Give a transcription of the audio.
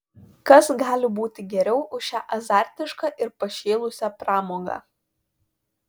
kas gali būti geriau už šią azartišką ir pašėlusią pramogą